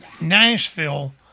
Nashville